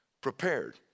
prepared